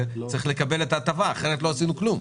צריך לקבל את ההטבה כי אחרת לא עשינו כלום.